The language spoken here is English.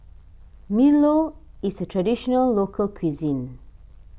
Milo is a Traditional Local Cuisine